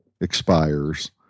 expires